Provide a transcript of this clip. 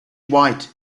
white